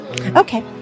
Okay